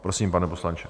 Prosím, pane poslanče.